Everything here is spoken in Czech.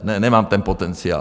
Ne, nemám ten potenciál.